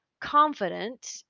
confident